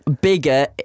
bigger